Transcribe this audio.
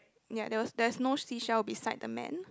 ya there was there's no sea shell beside the man